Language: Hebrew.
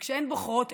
כשהן בוחרות,